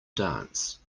dance